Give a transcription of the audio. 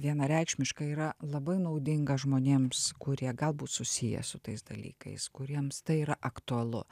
vienareikšmiškai yra labai naudinga žmonėms kurie galbūt susiję su tais dalykais kuriems tai yra aktualu